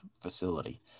facility